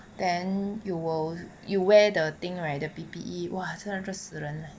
then you will you wear the thing right the P_P_E 哇真的热死人了